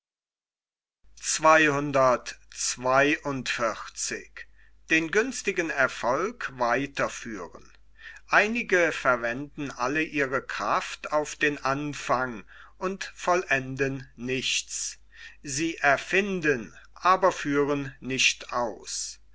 einige verwenden alle ihre kraft auf den anfang und vollenden nichts sie erfinden aber führen nicht aus